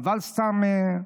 חבל סתם.